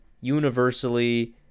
universally